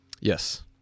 Yes